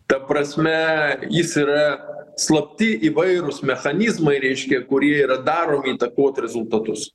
ta prasme jis yra slapti įvairūs mechanizmai reiškia kurie daromi įtakot rezultatus